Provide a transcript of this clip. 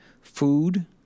food